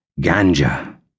Ganja